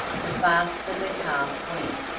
the faster the calf went.